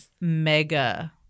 mega